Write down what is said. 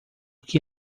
que